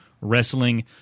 Wrestling